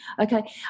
Okay